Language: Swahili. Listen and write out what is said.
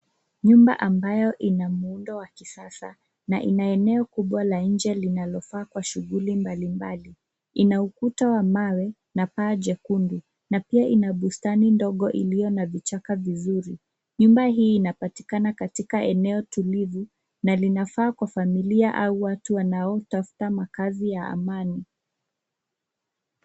Nyumba ambayo ina muundo wa kisasa na lina eneo kubwa la nje linalofaa kwa shughuli mbalimbali. Ina ukuta wa mawe na paa jekundu na pia ina bustani ndogo iliyo na vichaka vizuri. Nyumba hii inapatikana katika eneo tulivu na linafaa kwa familia au watu wanaotafuta makazi ya amani.